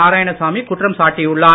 நாராயணசாமி குற்றம் சாட்டியுள்ளார்